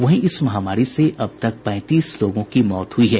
वहीं इस महामारी से अब तक पैंतीस लोगों की मौत हुई है